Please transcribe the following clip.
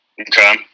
Okay